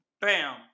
Bam